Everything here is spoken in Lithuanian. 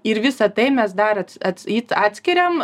ir visa tai mes dar ats ats įt atskiriam